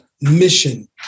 mission